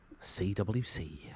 CWC